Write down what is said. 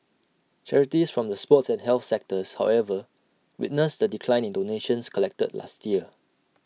charities from the sports and health sectors however witnessed A decline in donations collected last year